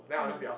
mm